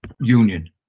union